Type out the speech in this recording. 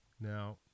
now